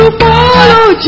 follow